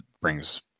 brings